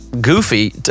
goofy